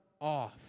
off